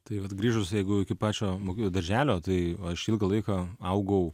tai vat grįžus jeigu iki pačio mokyklos darželio tai aš ilgą laiką augau